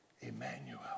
Emmanuel